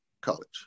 college